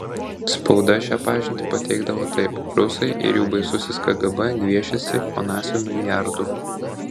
spauda šią pažintį pateikdavo taip rusai ir jų baisusis kgb gviešiasi onasio milijardų